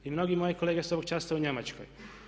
Mnogi moje kolege su ovog časa u Njemačkoj.